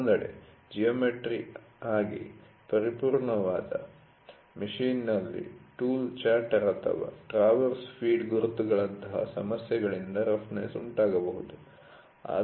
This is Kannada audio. ಮತ್ತೊಂದೆಡೆ ಜಿಯೋಮೆಟ್ರಿಕ್ ಆಗಿ ಪರಿಪೂರ್ಣವಾದ ಮಷೀನ್'ನಲ್ಲಿ ಟೂಲ್ ಚಾಟರ್ ಅಥವಾ ಟ್ರಾವರ್ಸ್ ಫೀಡ್ ಗುರುತುಗಳಂತಹ ಸಮಸ್ಯೆಗಳಿಂದ ರಫ್ನೆಸ್ ಉಂಟಾಗಬಹುದು